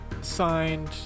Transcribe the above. signed